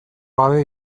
gabe